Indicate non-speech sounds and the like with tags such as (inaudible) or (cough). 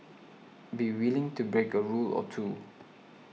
be (noise) willing to break a rule or two